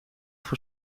voor